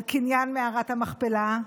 על קניין מערת המכפלה,